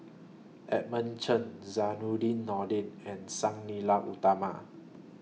Edmund Chen Zainudin Nordin and Sang Nila Utama